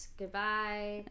goodbye